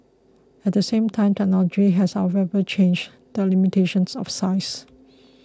at the same time technology has however changed the limitations of size